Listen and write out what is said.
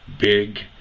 big